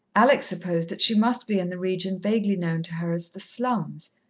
alex supposed that she must be in the region vaguely known to her as the slums.